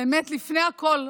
באמת לפני הכול,